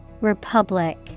Republic